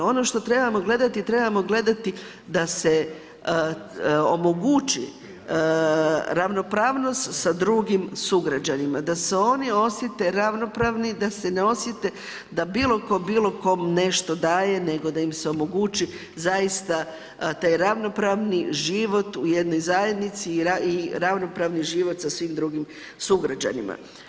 Ono što trebamo gledati, trebamo gledati da se omogući ravnopravnost sa drugim sugrađanima, da se oni osjete ravnopravni, da se ne osjeti da bilo tko bilo kome nešto daje, nego da im se omogući zaista taj ravnopravni život u jednoj zajednici i ravnopravni život sa svim drugim sugrađanima.